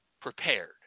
prepared